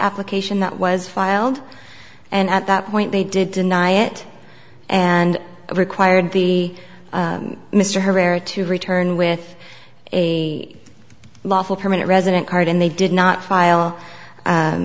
application that was filed and at that point they did deny it and it required the mr herrera to return with a lawful permanent resident card and they did not file